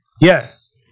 yes